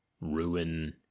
ruin